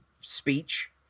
speech